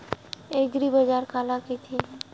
एग्रीबाजार काला कइथे?